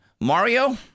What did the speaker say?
Mario